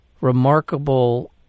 remarkable